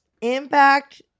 Impact